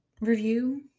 review